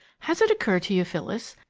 has it occurred to you, phyllis,